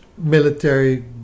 military